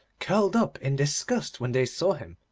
curled up in disgust when they saw him,